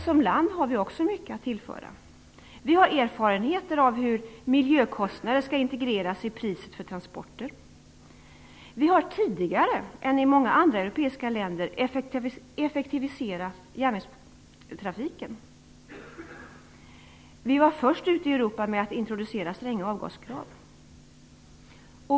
Som land har vi också mycket att tillföra. Vi har erfarenheter av hur miljökostnader skall integreras i priset för transporter. Vi har tidigare än i många andra europeiska länder effektiviserat järnvägstrafiken. Vi var först ut i Europa med att introducera stränga avgaskrav.